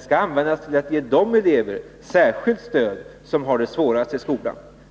skall användas till att ge särskilt stöd åt de elever som har det svårast i skolan.